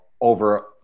over